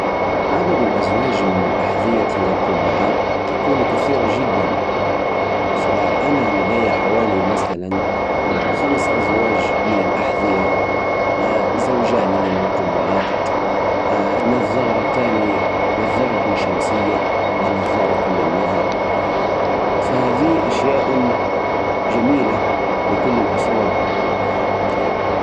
أمتلك حوالي خمس ازواج من الأحذية كل زوج له استخدامه عندي تقريبا ثلاث قبعات أحب أستخدمها في الاوقات الحارة أما عن النظارات عندي زوجين واحد للقراءة والثاني شمسية كل شي عندي له طابع خاص ويعكس ذوقي